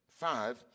five